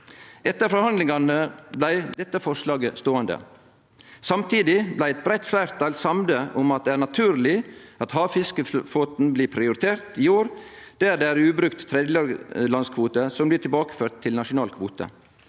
Etter forhandlingane blei dette forslaget ståande. Samtidig blei eit breitt fleirtal samde om at det er naturleg at havfiskeflåten blir prioritert i år der det er ubrukt tredjelandskvote som blir ført tilbake til nasjonal kvote.